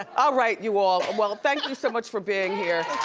ah alright you all, well thank you so much for being here.